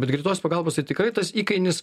bet greitosios pagalbos tai tikrai tas įkainis